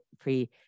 pre